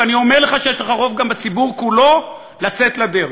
ואני אומר לך שיש לך רוב גם בציבור כולו לצאת לדרך,